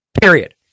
period